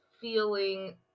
feeling